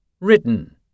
Written